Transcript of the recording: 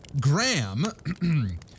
Graham